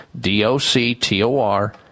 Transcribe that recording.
D-O-C-T-O-R